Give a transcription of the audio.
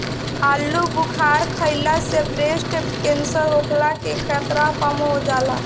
आलूबुखारा खइला से ब्रेस्ट केंसर होखला के खतरा कम हो जाला